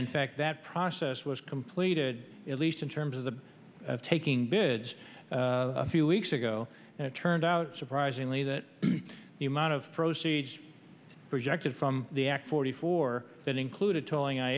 in fact that process was completed at least in terms of the taking bids a few weeks ago and it turned out surprisingly that the amount of proceeds projected from the ak forty four that included tolling